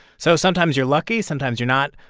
so sometimes you're lucky, sometimes you're not.